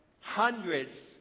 hundreds